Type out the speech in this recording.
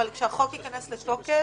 הוא יעבור, אבל כשהחוק ייכנס לתוקף